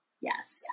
Yes